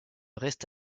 reste